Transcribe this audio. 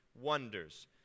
wonders